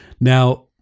Now